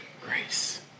grace